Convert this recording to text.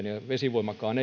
ja miksi vesivoimankaan